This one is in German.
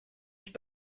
ich